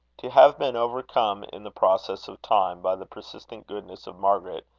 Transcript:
to have been overcome in the process of time by the persistent goodness of margaret,